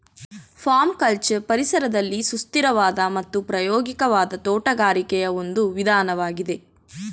permaculture ಪರಿಸರದಲ್ಲಿ ಸುಸ್ಥಿರವಾದ ಮತ್ತು ಪ್ರಾಯೋಗಿಕವಾದ ತೋಟಗಾರಿಕೆಯ ಒಂದು ವಿಧಾನವಾಗಿದೆ